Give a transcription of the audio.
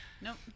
Nope